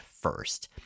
first